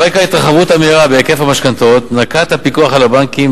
על רקע ההתרחבות המהירה בהיקף המשכנתאות נקט הפיקוח על הבנקים